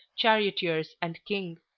charioteers, and king.